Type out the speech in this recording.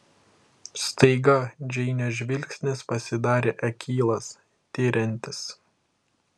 staiga džeinės žvilgsnis pasidarė akylas tiriantis